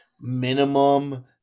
minimum